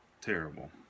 terrible